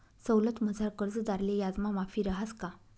सवलतमझार कर्जदारले याजमा माफी रहास का?